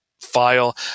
File